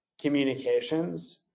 communications